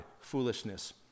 foolishness